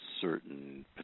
certain